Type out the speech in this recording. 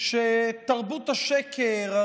שתרבות השקר,